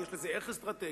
יש לזה ערך אסטרטגי.